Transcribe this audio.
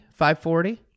540